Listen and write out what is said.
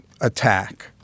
attack